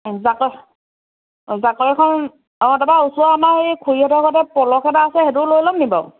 জাকৈ জাকৈখন তাৰপৰা ওচৰৰ আমাৰ সেই খুৰীহঁতৰ ঘৰতে পল'এটা আছে সেইটোও লৈ ল'মনি বাৰু